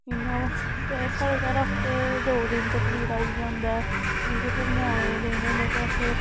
इ'यां ते स्हाडे़ घर हफ्ते दे दिन ते पनीर आई जंदा क्योंकि फेर न्यानें गी देना होंदा ते असें